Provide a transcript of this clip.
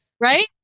Right